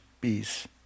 peace